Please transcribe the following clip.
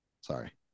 Sorry